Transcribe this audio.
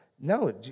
No